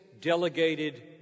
delegated